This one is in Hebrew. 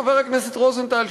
חבר הכנסת רוזנטל,